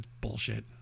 bullshit